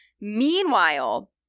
Meanwhile –